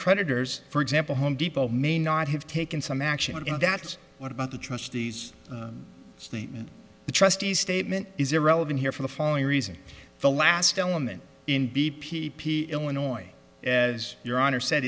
creditors for example home depot may not have taken some action and that's what about the trustees sleep the trustees statement is irrelevant here for the following reason the last element in b p illinois as your honor s